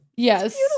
Yes